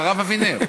הרב אבינר,